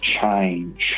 change